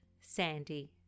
Sandy